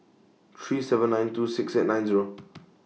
three seven nine two six eight nine Zero